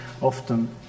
Often